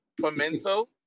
pimento